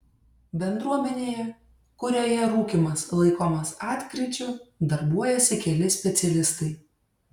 bendruomenėje kurioje rūkymas laikomas atkryčiu darbuojasi keli specialistai